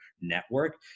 network